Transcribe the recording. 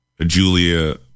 Julia